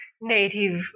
native